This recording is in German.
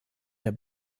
der